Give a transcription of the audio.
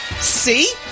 See